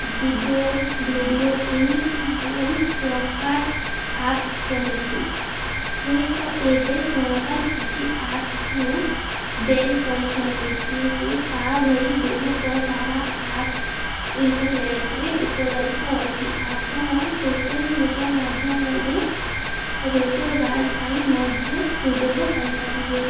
Vigo video ଏମିତି ବହୁତ ପ୍ରକାର ଆପ୍ସ ରହିଛି ହୁଏତ ଏବେ ସରକାର କିଛି ଆପ୍ସକୁ ବେନ୍ କରିଛନ୍ତି କିନ୍ତୁ ତା ଭଳି ବହୁତ ସାରା ଆପ୍ସ ଇଣ୍ଟରନେଟ୍ରେ ଉପଲବ୍ଧ ଅଛି ଆପଣ ସୋସିଆଲ୍ ମିଡ଼ିଆ ମାଧ୍ୟମରେ ରୋଜଗାର ପାଇଁ ମଧ୍ୟ ସୁଯୋଗ ପାଇପାରିବେ